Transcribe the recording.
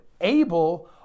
Abel